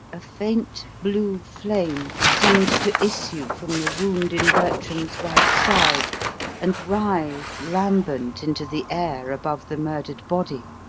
a faint blue flame seemed to issue from the wound in bertram's right side and rise lambent into the air above the murdered body.